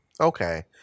okay